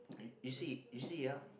you you see you see ah